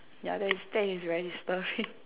yeah that is that is very disturbing